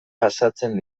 pasatzen